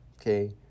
Okay